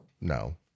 No